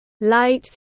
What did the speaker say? light